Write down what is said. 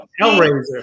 hellraiser